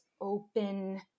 open